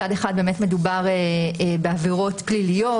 מצד אחד, באמת מדובר בעבירות פליליות,